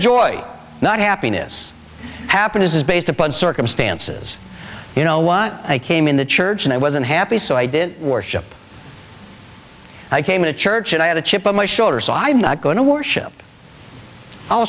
joy not happiness happiness is based upon circumstances you know why i came in the church and i wasn't happy so i did worship i came to church and i had a chip on my shoulder so i'm not going to worship